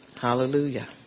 Hallelujah